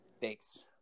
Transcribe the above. Thanks